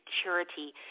security